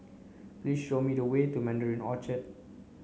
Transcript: please show me the way to Mandarin Orchard